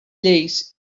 lleis